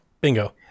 Bingo